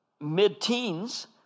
mid-teens